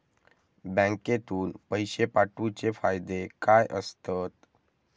बँकेतून पैशे पाठवूचे फायदे काय असतत?